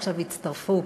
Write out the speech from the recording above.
עכשיו הצטרפו,